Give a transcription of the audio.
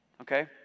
Okay